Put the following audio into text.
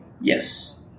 Yes